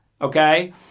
Okay